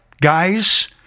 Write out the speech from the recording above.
guys